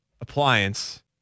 appliance